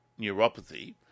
neuropathy